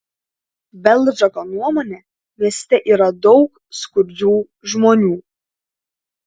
belžako nuomone mieste yra daug skurdžių žmonių